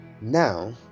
Now